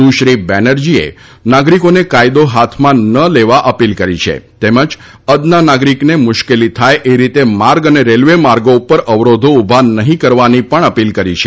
સુશ્રી બેનરજીએ નાગરિકોને કાયદો હાથમાં ન લેવા અપીલ કરી છે તેમજ અદના નાગરિકને મુશ્કેલી થાય એ રીતે માર્ગ અને રેલવે માર્ગો ઉપર અવરોધો ઉભા નહીં કરવાની અપીલ કરી છે